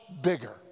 bigger